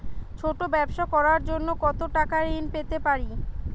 ছোট ব্যাবসা করার জন্য কতো টাকা ঋন পেতে পারি?